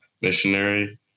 missionary